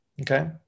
Okay